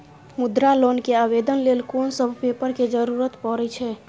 मुद्रा लोन के आवेदन लेल कोन सब पेपर के जरूरत परै छै?